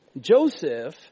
Joseph